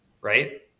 right